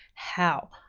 how?